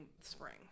spring